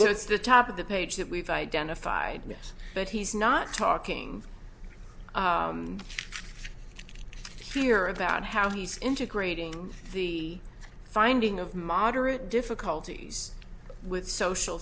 so it's the top of the page that we've identified this but he's not talking here about how he's integrating the finding of moderate difficulties with social